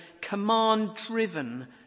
command-driven